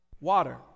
water